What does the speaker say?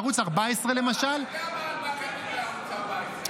ערוץ 14 למשל --- אבל אתה יודע מה כתוב לערוץ 14,